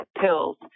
pills